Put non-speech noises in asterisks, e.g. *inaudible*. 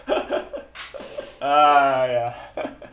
*laughs* !aiya! *laughs*